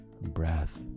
breath